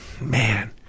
Man